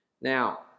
Now